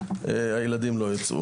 הילדים לא יצאו.